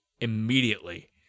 immediately